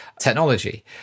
technology